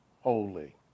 holy